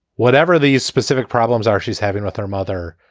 whatever these specific problems are she's having with her mother.